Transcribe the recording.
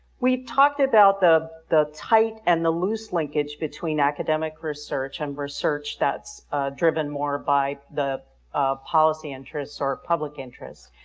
we talked about the the tight and the loose linkage between academic research and research that's driven more by the policy interests or public interest.